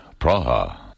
Praha